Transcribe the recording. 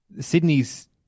Sydney's